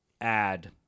add